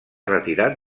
retirat